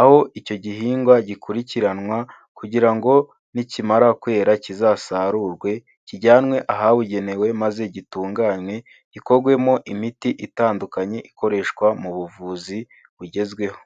aho icyo gihingwa gikurikiranwa kugira ngo nikimara kwera kizasarurwe kijyanwe ahabugenewe maze gitunganye, gikogwemo imiti itandukanye ikoreshwa mu buvuzi bugezweho.